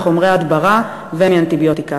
מחומרי ההדברה ומאנטיביוטיקה.